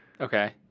Okay